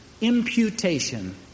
imputation